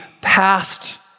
past